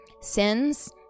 Sins